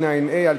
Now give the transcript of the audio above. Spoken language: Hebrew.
התשע"ה 2014,